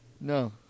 No